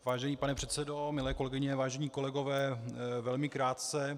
Vážený pane předsedo, milé kolegyně, vážení kolegové, velmi krátce.